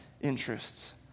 interests